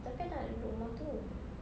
tetapi I tak nak duduk rumah itu